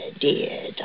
dear